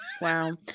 Wow